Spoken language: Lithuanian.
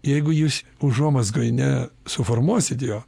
jeigu jūs užuomazgoj nesuformuosit jo